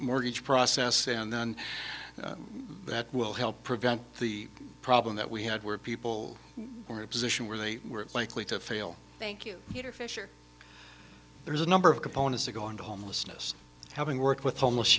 mortgage process and then that will help prevent the problem that we had where people were a position where they were likely to fail thank you there's a number of components that go into homelessness having worked with homeless